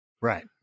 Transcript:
Right